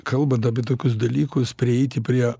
kalbant apie tokius dalykus prieiti prie